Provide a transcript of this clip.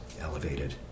elevated